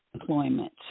employment